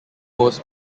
most